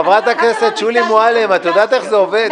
חברת הכנסת שולי מועלם, את יודעת איך זה עובד?